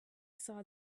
saw